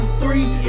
three